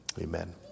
Amen